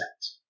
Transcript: set